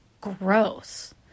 gross